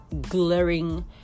glaring